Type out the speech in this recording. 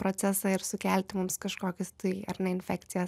procesą ir sukelti mums kažkokius tai ar ne infekcijas